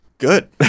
good